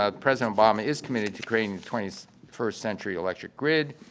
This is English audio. ah president obama is committed to creating the twenty first century electric grid.